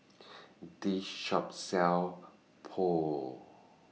This Shop sells Pho